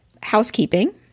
housekeeping